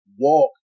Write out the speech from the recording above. walk